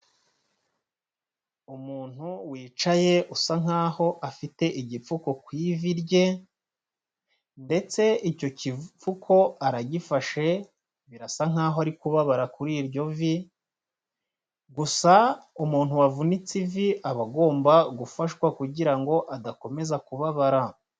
Umuntu wicaye usa nk'aho afite igipfuko ku ivi rye, ndetse icyo kipfuko aragifashe, birasa nk'aho ari kubabara kuri iryo vi, gusa umuntu wavunitse ivi, aba agomba gufashwa kugira ngo adakomeza kubabara.